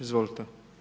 Izvolite.